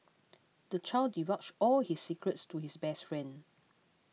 the child divulged all his secrets to his best friend